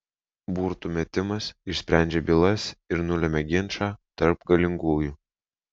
burtų metimas išsprendžia bylas ir nulemia ginčą tarp galingųjų